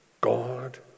God